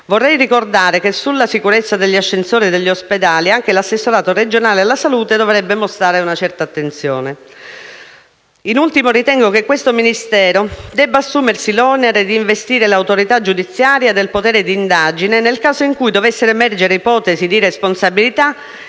Vorrei ricordare che sulla sicurezza degli ascensori degli ospedali anche l'assessorato regionale alla salute dovrebbe mostrare attenzione. In ultimo, ritengo che questo Ministero debba assumersi l'onere di investire l'autorità giudiziaria del potere di indagine nel caso in cui dovessero emergere ipotesi di responsabilità